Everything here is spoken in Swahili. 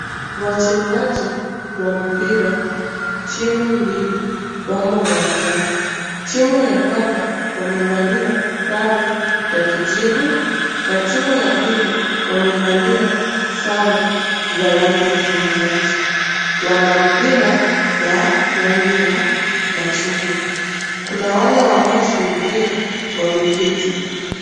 Wachezaji wa mpira timu mbili wamo uwanjani, timu ya kwanza wamevalia sare ya kijivu na timu ya pili wamevalia sare za rangi ya samawati. Wana mpira wa rangi ya machungwa, kuna wale wanaoshuhudia wameketi.